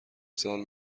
سال